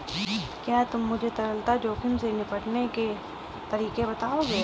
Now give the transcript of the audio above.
क्या तुम मुझे तरलता जोखिम से निपटने के तरीके बताओगे?